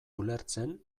ulertzen